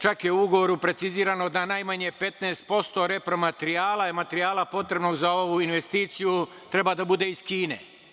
Čak je u ugovoru precizirano da najmanje 15% repromaterijala i materijala potrebnog za ovu investiciju treba da bude iz Kine.